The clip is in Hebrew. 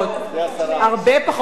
הרבה פחות.